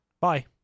Bye